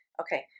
Okay